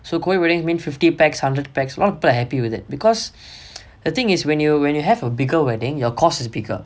so COVID weddings mean fifty person hundred person a lot of people are happy with it because the thing is when you when you have a bigger wedding your cost is bigger